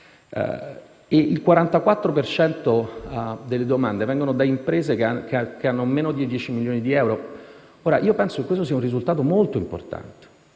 per cento delle domande proviene da imprese che hanno meno di 10 milioni di euro e io penso che questo sia un risultato molto importante.